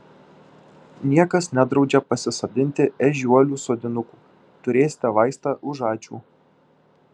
niekas nedraudžia pasisodinti ežiuolių sodinukų turėsite vaistą už ačiū